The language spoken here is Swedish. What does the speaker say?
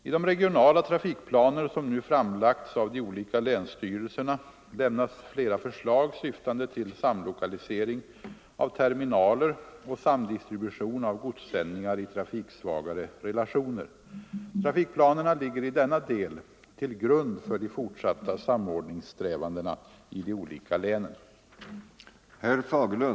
I de regionala trafikplaner, som nu framlagts av de olika länsstyrelserna, lämnas flera förslag syftande till samlokalisering av terminaler och samdistribution av godssändningar i trafiksvagare relationer. Trafikplanerna ligger i denna del till grund för de fortsatta samordningssträvandena i de olika länen.